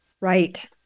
Right